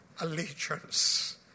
allegiance